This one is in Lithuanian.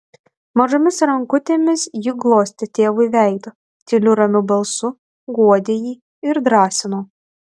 mažomis rankutėmis ji glostė tėvui veidą tyliu ramiu balsu guodė jį ir drąsino